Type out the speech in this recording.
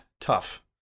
tough